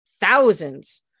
thousands